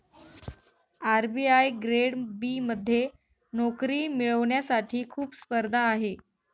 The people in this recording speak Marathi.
आर.बी.आई ग्रेड बी मध्ये नोकरी मिळवण्यासाठी खूप स्पर्धा आहे